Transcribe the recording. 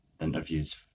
interviews